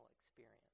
experience